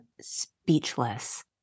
speechless